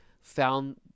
found